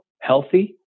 healthy